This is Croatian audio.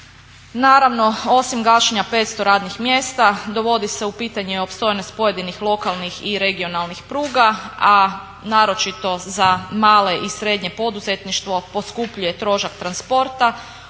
Naravno, osim gašenja 500 radnih mjesta dovodi se u pitanje opstojnost pojedinih lokalnih i regionalnih pruga, a naročito za male i srednje poduzetništvo poskupljuje trošak transporta